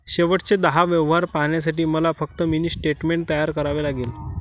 शेवटचे दहा व्यवहार पाहण्यासाठी मला फक्त मिनी स्टेटमेंट तयार करावे लागेल